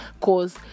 cause